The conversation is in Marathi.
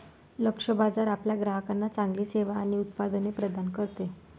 लक्ष्य बाजार आपल्या ग्राहकांना चांगली सेवा आणि उत्पादने प्रदान करते